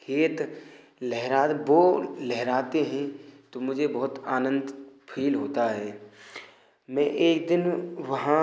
खेत लहरा वह लहराते हैं तो मुझे बहुत आनंद फ़ील होता है मैं एक दिन वहाँ